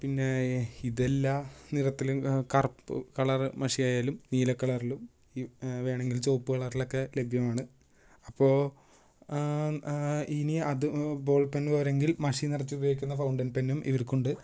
പിന്നെ ഇത് എല്ലാ നിറത്തിലും കറുപ്പ് കളറ് മഷിയായാലും നീല കളറിലും വേണമെങ്കിൽ ചുവപ്പ് കളറിലൊക്കെ ലഭ്യമാണ് അപ്പോൾ ഇനി അത് ബോൾ പെന്ന് പോര എങ്കിൽ മഷി നിറച്ച് ഉപയോഗിക്കുന്ന ഫൗണ്ടൻ പെന്നും ഇവർക്കുണ്ട്